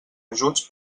ajuts